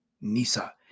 NISA